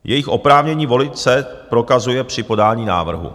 Jejich oprávnění volit se prokazuje při podání návrhu.